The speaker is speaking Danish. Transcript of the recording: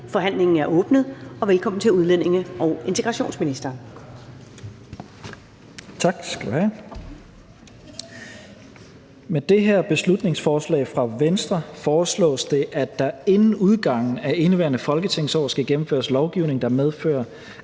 Udlændinge- og integrationsministeren (Mattias Tesfaye): Tak skal du have. Med det her beslutningsforslag fra Venstre foreslås det, at der inden udgangen af indeværende folketingsår skal gennemføres lovgivning, der medfører,